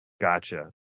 Gotcha